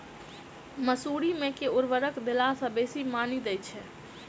मसूरी मे केँ उर्वरक देला सऽ बेसी मॉनी दइ छै?